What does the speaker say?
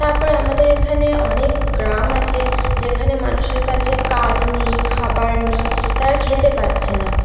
তারপর আমাদের এখানে অনেক গ্রাম আছে যেখানে মানুষের কাছে কাজ নেই খাবার নেই তারা খেতে পারছে না